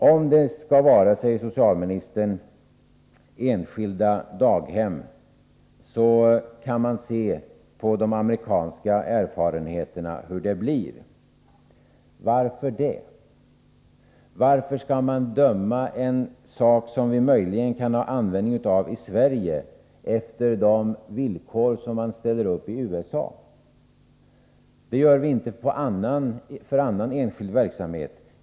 Om det skall vara enskilda daghem, kan man se på de amerikanska erfarenheterna hur det blir, säger socialministern. Varför det? Varför skall man döma en sak som vi möjligen kan ha användning av i Sverige efter de villkor som man ställer upp i USA? Det gör vi inte för annan enskild verksamhet.